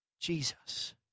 Jesus